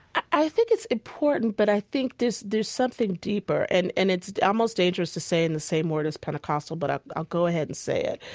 i think it's important. but i think there's, there's something deeper. and, and it's almost dangerous to say in the same word as pentecostal, but i'll go ahead and say it.